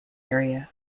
area